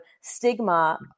stigma